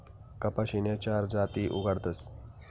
कपाशीन्या चार जाती उगाडतस